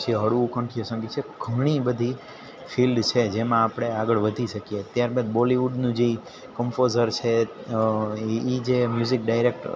પછી હળવું કંઠ્ય સંગીત છે ઘણી બધી ફિલ્ડ છે જેમાં આપણે આગળ વધી શકીએ ત્યારબાદ બોલીવુડનું જે કંપોઝર છે અ એ જે મ્યુઝિક ડાયરેક્ટર